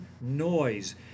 noise